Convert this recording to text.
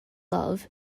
love